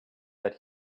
that